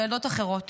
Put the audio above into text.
לילדות אחרות